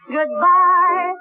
Goodbye